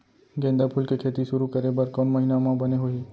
गेंदा फूल के खेती शुरू करे बर कौन महीना मा बने होही?